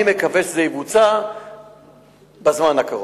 אני מקווה שזה יבוצע בזמן הקרוב.